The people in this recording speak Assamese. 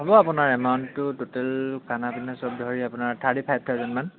হ'ব আপোনাৰ এমাউণ্টটো টোটেল খানা পিনা চব ধৰি আপোনাৰ থাৰ্টি ফাইভ থাউজেণ্ডমান